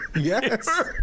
yes